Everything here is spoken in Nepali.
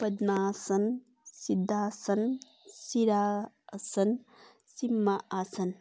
पद्मासन सिद्धासन सिरा आसन सिम्मा आसन